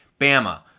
Bama